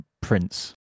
prince